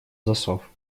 засов